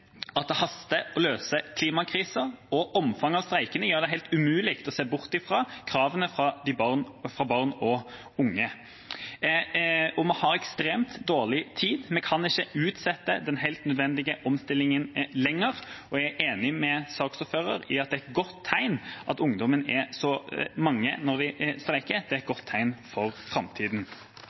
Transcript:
at det haster å løse klimakrisa. Omfanget av streikene gjør det helt umulig å se bort fra kravene fra barn og unge. Og vi har ekstremt dårlig tid. Vi kan ikke utsette den helt nødvendige omstillingen lenger, og jeg er enig med saksordføreren i at det er et godt tegn at ungdommene er så mange når de streiker. Det er et godt tegn for